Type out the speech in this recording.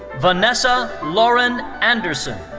vanessa lauren anderson.